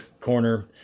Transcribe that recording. corner